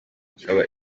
ikaba